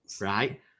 right